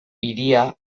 hiria